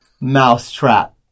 mousetrap